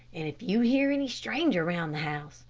and if you hear any stranger round the house,